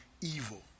evil